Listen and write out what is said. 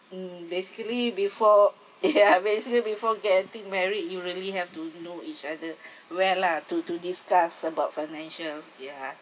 mm basically before ya basically before getting married you really have to know each other where lah to to discuss about financial ya